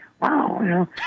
Wow